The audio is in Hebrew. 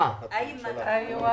הכנסת אימאן ח'טיב,